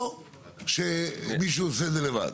או שמישהו עושה את זה לבד?